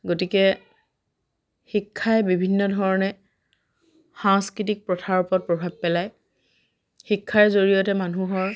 গতিকে শিক্ষাই বিভিন্ন ধৰণে সাংস্কৃতিক প্ৰথাৰ ওপৰত প্ৰভাৱ পেলায় শিক্ষাৰ জৰিয়তে মানুহৰ